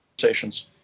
conversations